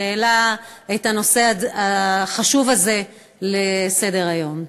שהעלה את הנושא החשוב הזה לסדר-היום.